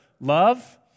love